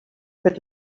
could